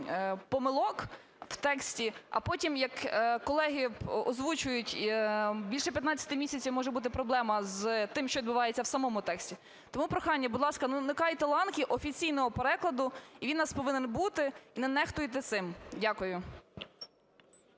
помилок в тексті, а потім, як колеги озвучують, більше 15 місяців може бути проблема з тим, що відбувається в самому тексті. Тому прохання, будь ласка, не уникайте ланки офіційного перекладу, і він у нас повинен бути, не нехтуйте цим. Дякую.